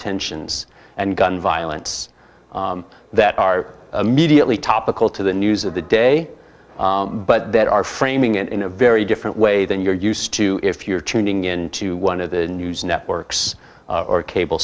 detentions and gun violence that are immediately topical to the news of the day but that are framing it in a very different way than you're used to if you're tuning in to one of the news networks or cable